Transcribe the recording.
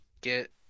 get